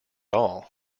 all